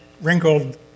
wrinkled